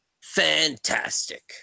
Fantastic